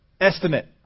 estimate